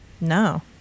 No